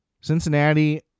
Cincinnati